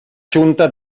junta